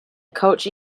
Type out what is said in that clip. cauchy